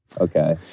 Okay